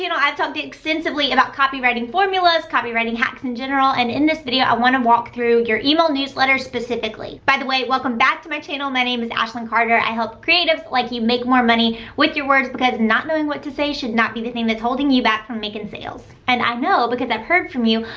you know i've talked extensively about copywriting formulas, copywriting hacks in general, and in this video, i wanna walk through your email newsletters specifically. by the way, welcome back to my channel. my name is ashley carter, i help creatives like you make more money with your words, because not knowing what to say should not be the thing that's holding you back from making sales. and i know because i've heard from you,